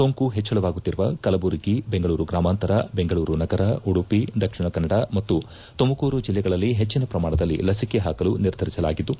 ಸೋಂಕು ಹೆಚ್ಚಳವಾಗುತ್ತಿರುವ ಕಲಬುರಗಿ ಬೆಂಗಳೂರು ಗ್ರಾಮಾಂತರ ಬೆಂಗಳೂರು ನಗರ ಉಡುಪಿ ದಕ್ಷಿಣ ಕನ್ನಡ ಮತ್ತು ತುಮಕೂರು ಜಿಲ್ಲೆಗಳಲ್ಲಿ ಹೆಚ್ಚನ ಪ್ರಮಾಣದಲ್ಲಿ ಲಸಿಕೆ ಹಾಕಲು ನಿರ್ಧರಿಸಲಾಗಿದ್ದು